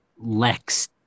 Lex